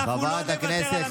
אנחנו לא נוותר על המדינה הזאת,